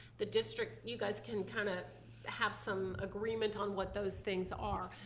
the district, you guys can kind of have some agreement on what those things are.